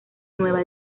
nueva